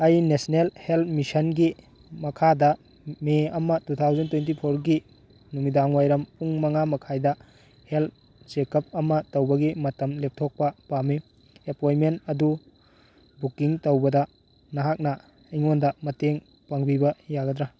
ꯑꯩ national health ꯃꯤꯁꯟꯒꯤ ꯃꯈꯥꯗ ꯃꯦ ꯑꯃ ꯇꯨ ꯊꯥꯎꯖꯟ ꯇ꯭ꯋꯦꯟꯇꯤ ꯐꯣꯔꯒꯤ ꯅꯨꯃꯤꯗꯥꯡꯋꯥꯏꯔꯝ ꯄꯨꯡ ꯃꯉꯥꯃꯈꯥꯏꯗ ꯍꯦꯜꯠ ꯆꯦꯛꯀꯞ ꯑꯃ ꯇꯧꯕꯒꯤ ꯃꯇꯝ ꯂꯦꯞꯊꯣꯛꯄ ꯄꯥꯝꯃꯤ ꯑꯦꯄꯣꯏꯟꯃꯦꯟ ꯑꯗꯨ ꯕꯨꯛꯀꯤꯡ ꯇꯧꯕꯗ ꯅꯍꯥꯛꯅ ꯑꯩꯉꯣꯟꯗ ꯃꯇꯦꯡ ꯄꯥꯡꯕꯤꯕ ꯌꯥꯒꯗ꯭ꯔ